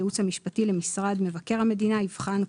הייעוץ המשפטי למשרד מבקר המדינה יבחן,